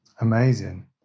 Amazing